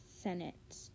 Senate